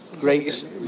greatest